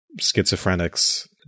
schizophrenics